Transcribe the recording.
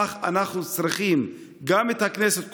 אך אנחנו צריכים גם את הכנסת כולה,